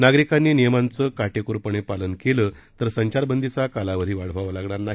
नागरिकांनी नियमांचं काटेकोरपणे पालन केलं तर संचारबंदीचा कालावधी वाढवावा लागणार नाही